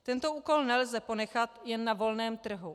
Tento úkol nelze ponechat jen na volném trhu.